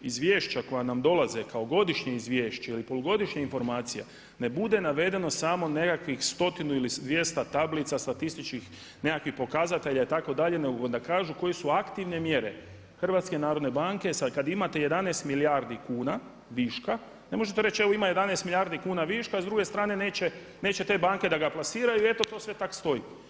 izvješća koja nam dolaze kao godišnje izvješće ili polugodišnja informacija ne bude navedeno samo nekakvih stotinu ili 200 tablica statističkih pokazatelja itd. nego da kažu koje su aktivne mjere HNB-a sada kada imate 11 milijardi kuna viška, ne možete reći evo ima 11 milijardi kuna viška a s druge strane neće te banke da ga plasiraju i eto to sve tako stoji.